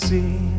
See